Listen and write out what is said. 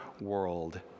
world